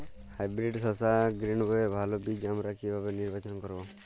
Hybrid শসা গ্রীনবইয়ের ভালো বীজ আমরা কিভাবে নির্বাচন করব?